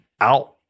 out